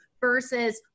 versus